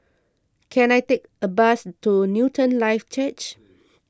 can I take a bus to Newton Life Church